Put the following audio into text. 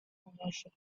ownership